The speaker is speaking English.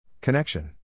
Connection